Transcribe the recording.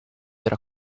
tra